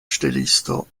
ŝtelisto